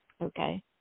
okay